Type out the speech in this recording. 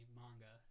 manga